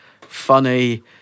funny